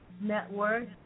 Network